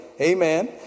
Amen